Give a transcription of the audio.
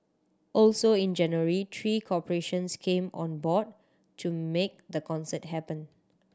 also in January three corporations came on board to make the concert happen